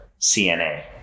CNA